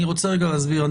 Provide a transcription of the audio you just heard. אני רוצה רגע להסביר.